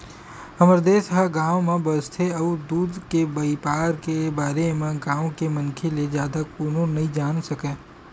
हमर देस ह गाँव म बसथे अउ दूद के बइपार के बारे म गाँव के मनखे ले जादा कोनो नइ जान सकय